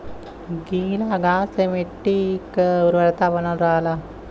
गीला घास से मट्टी क उर्वरता बनल रहला